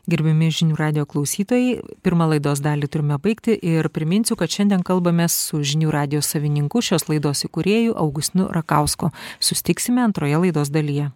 gerbiami žinių radijo klausytojai pirmą laidos dalį turime baigti ir priminsiu kad šiandien kalbamės su žinių radijo savininku šios laidos įkūrėju augustinu rakausku susitiksime antroje laidos dalyje